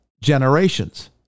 generations